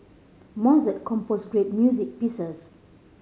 Mozart composed great music pieces